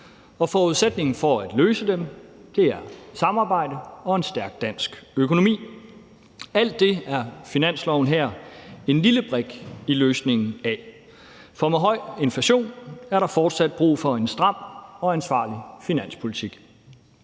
Og forudsætningen for at løse dem er samarbejde og en stærk dansk økonomi. Alt det er finansloven her en lille brik i løsningen af, for med høj inflation er der fortsat brug for en stram og ansvarlig finanspolitik.